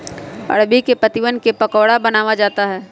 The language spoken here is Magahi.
अरबी के पत्तिवन क पकोड़ा बनाया जाता है